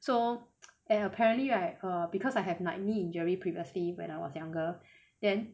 so and apparently right err because I have like knee injury previously when I was younger then